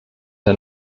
ein